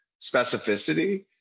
specificity